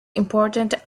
important